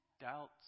doubts